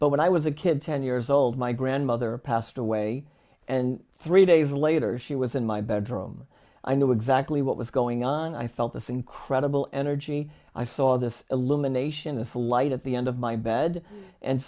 but when i was a kid ten years old my grandmother passed away and three days later she was in my bedroom i knew exactly what was going on i felt this incredible energy i saw this illumination this light at the end of my bed and